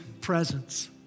presence